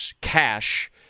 cash